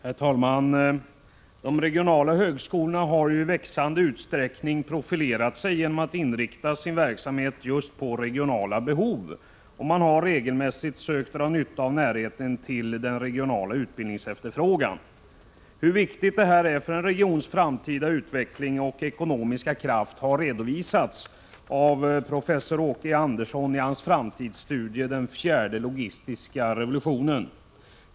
Herr talman! De regionala högskolorna har i växande utsträckning profilerat sig genom att inrikta sin verksamhet på regionala behov. Man har regelmässigt sökt dra nytta av närheten till den regionala utbildningsefterfrågan. Hur viktigt detta är för en regions framtida utveckling och ekonomiska kraft har redovisats av professor Åke E. Andersson i hans framtidsstudie Den fjärde logistiska revolutionen.